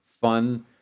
fun